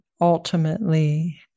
ultimately